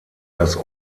das